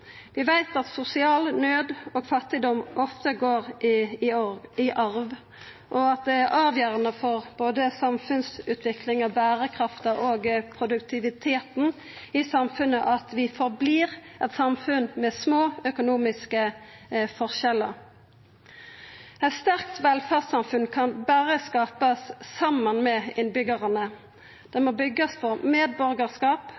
Vi veit at sosial naud og fattigdom ofte går i arv, og at det er avgjerande for både samfunnsutviklinga, berekrafta og produktiviteten i samfunnet at vi held fram med å vera eit samfunn med små økonomiske forskjellar. Eit sterkt velferdssamfunn kan berre skapast saman med innbyggjarane. Det